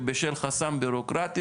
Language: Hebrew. בשל חסם ביורוקרטי,